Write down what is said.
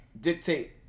dictate